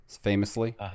famously